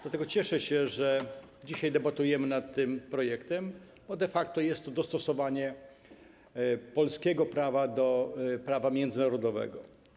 Dlatego cieszę się, że dzisiaj debatujemy na tym projektem, bo de facto jest to dostosowanie polskiego prawa do prawa międzynarodowego.